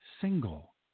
single